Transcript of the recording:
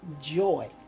joy